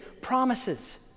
promises